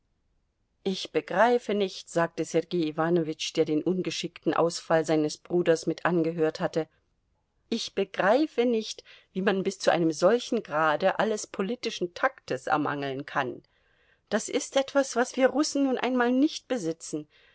ich begreife nicht sagte sergei iwanowitsch der den ungeschickten ausfall seines bruders mit angehört hatte ich begreife nicht wie man bis zu einem solchen grade alles politischen taktes ermangeln kann das ist etwas was wir russen nun einmal nicht besitzen